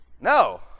No